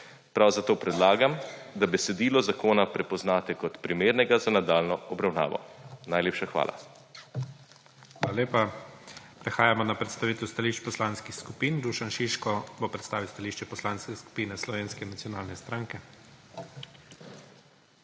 Prav zato predlagam, da besedilo zakona prepoznate kot primernega za nadaljnjo obravnavo. Najlepša hvala. **PREDSEDNIK IGOR ZORČIČ:** Hvala lepa. Prehajamo na predstavitev stališč poslanskih skupin. Dušan Šiško bo predstavil stališče Poslanske skupine Slovenske nacionalne stranke.